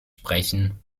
sprechen